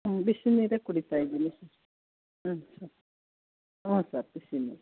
ಹ್ಞೂ ಬಿಸಿನೀರೇ ಕುಡಿತಾ ಇದ್ದೀನಿ ಸರ್ ಹ್ಞೂ ಸರ್ ಹ್ಞೂ ಸರ್ ಬಿಸಿ ನೀರು